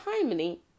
timely